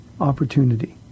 opportunity